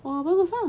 ah bagus lah